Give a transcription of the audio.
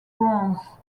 bronze